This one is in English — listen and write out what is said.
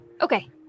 Okay